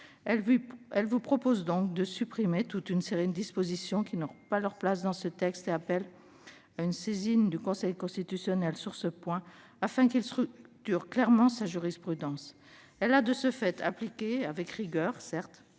Elle vous propose donc de supprimer toute une série de dispositions qui n'ont pas leur place dans ce texte et appelle à une saisine du Conseil constitutionnel sur ce point, afin qu'il structure clairement sa jurisprudence. Elle a de ce fait appliqué avec rigueur,